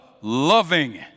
Loving